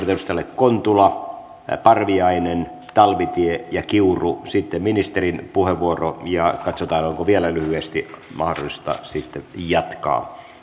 edustajille kontula parviainen talvitie ja kiuru sitten ministerin puheenvuoro ja katsotaan onko vielä lyhyesti mahdollista sitten jatkaa